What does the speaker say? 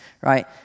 right